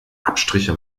abstriche